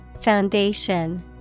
Foundation